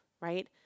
right